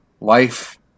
life